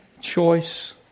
choice